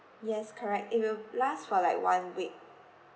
yes correct it will last for like one week